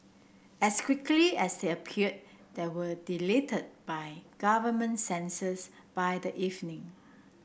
as quickly as they appeared they were deleted by government censors by the evening